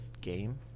game